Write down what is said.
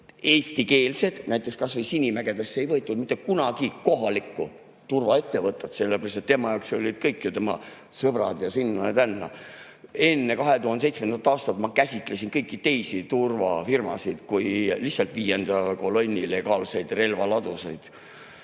eestikeelsed. Sinimägedesse näiteks ei võetud mitte kunagi kohalikku turvaettevõtet, sellepärast et tema jaoks olid kõik tema sõbrad ja sinna ja tänna. Enne 2007. aastat ma käsitlesin kõiki teisi turvafirmasid kui lihtsalt viienda kolonni legaalseid relvaladusid.